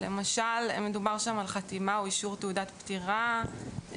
כמו חתימה או אישור תעודת פטירה,